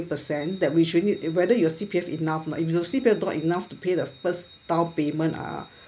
percent that we should know whether your C_P_F enough or not if your C_P_F don't enough to pay the first downpayment ah